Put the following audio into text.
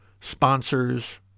sponsors